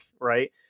right